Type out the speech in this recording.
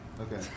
Okay